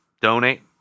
donate